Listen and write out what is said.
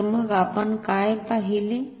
तर मग आपण काय पाहिले